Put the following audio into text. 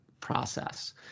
process